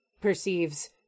perceives